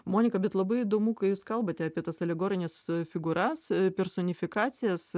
monika bet labai įdomu kai jūs kalbate apie tas alegorines figūras personifikacijas